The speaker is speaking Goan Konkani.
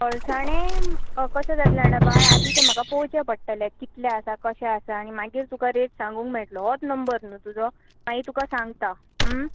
अळसाणे कशें जातले जाणा बाय आदी ते म्हाका पोवचे पडटलें कितले आसा कशें आसा आनी मागीर तुका रेट सांगूक मेळटलो होच नंबर न्हय तुजो मागीर तुका सांगतां